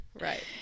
Right